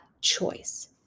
choice